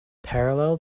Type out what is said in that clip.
parallel